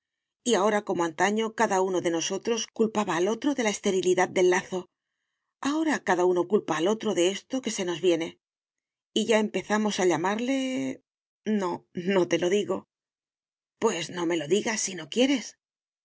ahora como antaño cada uno de nosotros culpaba al otro de la esterilidad del lazo ahora cada uno culpa al otro de esto que se nos viene y ya empezamos a llamarle no no te lo digo pues no me lo digas si no quieres